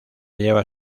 lleva